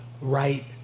right